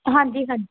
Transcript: ਹਾਂਜੀ ਹਾਂਜੀ